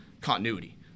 continuity